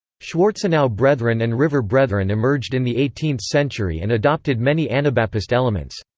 schwarzenau brethren and river brethren emerged in the eighteenth century and adopted many anabapist elements.